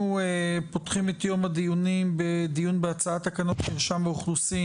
אנחנו פותחים את יום הדיונים בדיון בהצעת תקנות מרשם האוכלוסין